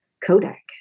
Kodak